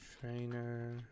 trainer